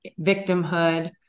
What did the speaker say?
victimhood